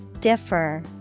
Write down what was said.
Differ